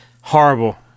Horrible